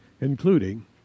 including